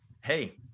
hey